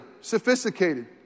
sophisticated